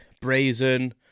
brazen